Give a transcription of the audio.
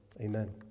amen